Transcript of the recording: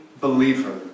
believer